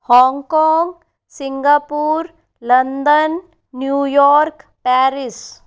Hong Kong Singapore London New York Paris